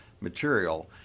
material